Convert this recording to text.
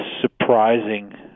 surprising